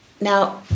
Now